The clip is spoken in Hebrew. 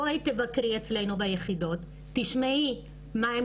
בואי תבקרי אצלינו ביחידות ואת תשמעי את מה שהן